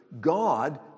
God